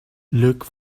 look